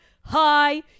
hi